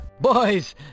boys